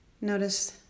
Notice